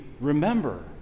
remember